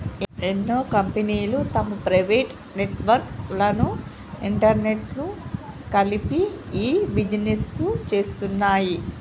ఎన్నో కంపెనీలు తమ ప్రైవేట్ నెట్వర్క్ లను ఇంటర్నెట్కు కలిపి ఇ బిజినెస్ను చేస్తున్నాయి